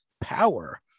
power